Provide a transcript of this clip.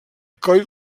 coll